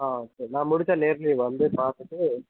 ஆ okay நான் முடுஞ்சா நேர்ல வந்து பார்த்துட்டு